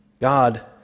God